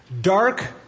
Dark